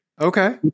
Okay